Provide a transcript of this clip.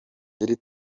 iri